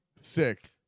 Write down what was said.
Sick